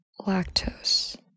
lactose